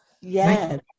Yes